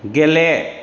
गेले